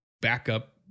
backup